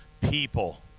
people